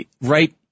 right